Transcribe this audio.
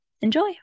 Enjoy